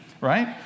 right